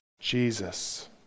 Jesus